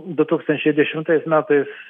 du tūkstančiai dešimtais metais